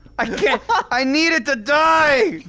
i can't i need it to die!